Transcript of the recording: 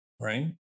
right